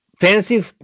fantasy